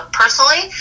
personally